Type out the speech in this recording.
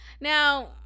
Now